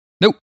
Nope